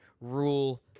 rule